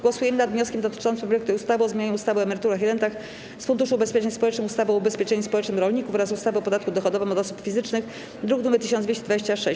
Głosujemy nad wnioskiem dotyczącym projektu ustawy o zmianie ustawy o emeryturach i rentach z Funduszu Ubezpieczeń Społecznych, ustawy o ubezpieczeniu społecznym rolników oraz ustawy o podatku dochodowym od osób fizycznych, druk nr 1226.